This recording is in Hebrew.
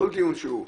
כל דיון שהוא,